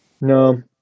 No